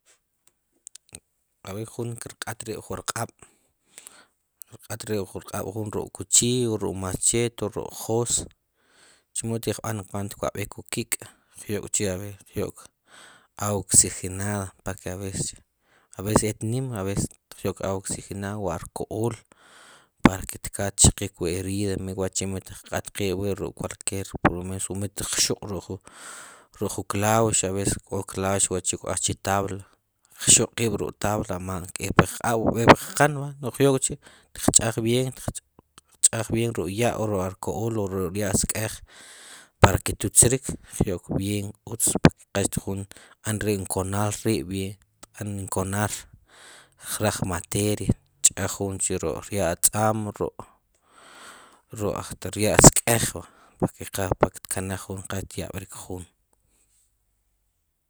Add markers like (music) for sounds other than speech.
(unintelligible) kq'ab'rik jun kerq'at rib' ju rq'ab' kerq'at rib' jun rq'ab' ruk'kuchiy ruk' machet wu ruk' jos chimochi xqb'an kuant twab'ik wu kik' qyok k'chi aver awa oxijinad para ke aves chi aves et' nim aves tyok awa oxijinada o orkool para ke tkal tchiqiqchi wu erid wachi mit qq'at qib' ruk kuaker pulo mes mu mit xuq' ruk ju klax aves ko klax wachi k'oqaj chu tab'la qxuq qib' chu tab'la aman ke' puq qq'ab' oke' puq q'an verd nu'qyokchi tchaj vien ruk'ya' o ruk' alkool o ruk' rya' sk'ej para ke tutzrik vien utz qa jun tb'an inkonar rib' vien tb'an inkonar tjlaj materi tcha'j jun chi ruk ry'al atzam ruk rya'sk'ej para ke qa xkanay qa xyab'rik jun